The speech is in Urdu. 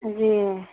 جی